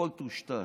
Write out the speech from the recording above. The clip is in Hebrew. הכול טושטש.